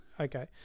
Okay